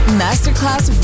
masterclass